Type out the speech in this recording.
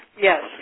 Yes